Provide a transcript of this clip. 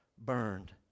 burned